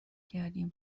کردیم